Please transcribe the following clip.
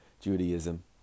Judaism